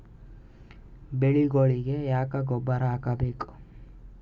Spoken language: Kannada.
ಬೆಳಿಗೊಳಿಗಿ ಯಾಕ ಗೊಬ್ಬರ ಹಾಕಬೇಕು?